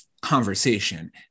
conversation